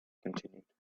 continued